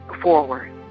forward